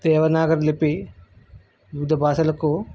దేవనాగరి లిపి వివిధ భాషలకు